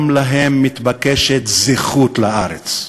גם להם מתבקשת זכות לארץ.